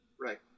Right